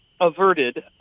averted